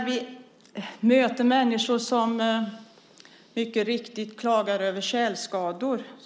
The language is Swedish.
Vi möter mycket riktigt människor som klagar över tjälskador.